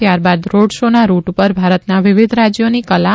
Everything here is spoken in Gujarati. ત્યારબાદ રોડ શો ના રૂટ ઉપર ભારતના વિવિધ રાજ્યોની કલા તા